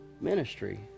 ministry